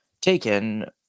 taken